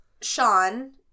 Sean